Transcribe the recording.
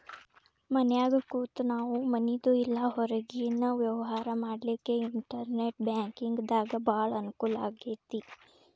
ಮನ್ಯಾಗ್ ಕೂತ ನಾವು ಮನಿದು ಇಲ್ಲಾ ಹೊರ್ಗಿನ್ ವ್ಯವ್ಹಾರಾ ಮಾಡ್ಲಿಕ್ಕೆ ಇನ್ಟೆರ್ನೆಟ್ ಬ್ಯಾಂಕಿಂಗಿಂದಾ ಭಾಳ್ ಅಂಕೂಲಾಗೇತಿ